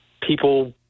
people